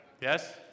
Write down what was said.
Yes